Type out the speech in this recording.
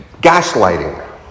Gaslighting